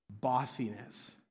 bossiness